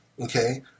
okay